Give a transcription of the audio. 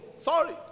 Sorry